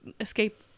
escape